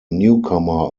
newcomer